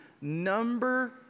number